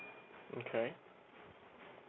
okay